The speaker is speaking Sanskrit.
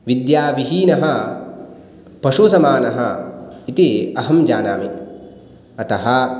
विद्याविहीनः पशुसमानः इति अहं जानामि अतः